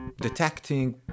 detecting